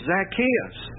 Zacchaeus